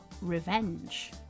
Revenge